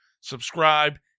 subscribe